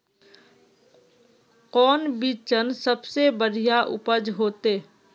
कौन बिचन सबसे बढ़िया उपज होते?